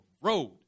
road